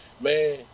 man